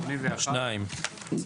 הצבעה בעד 4 נמנעים 2 אושר.